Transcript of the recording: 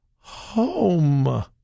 home